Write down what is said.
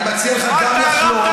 אני מציע גם לך לחלום.